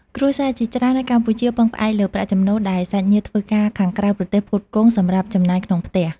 គ្រួសារជាច្រើននៅកម្ពុជា ពឹងផ្អែកលើប្រាក់ចំណូលដែលសាច់ញាតិធ្វើការខាងក្រៅប្រទេសផ្គត់ផ្គង់សម្រាប់ចំណាយក្នុងផ្ទះ។